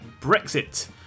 Brexit